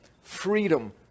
Freedom